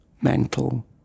mental